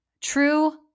true